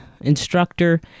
instructor